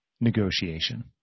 negotiation